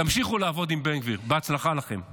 תמשיכו לעבוד עם בן גביר, בהצלחה לכם ולנו.